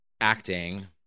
acting